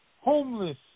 homeless